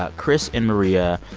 ah chris and maria,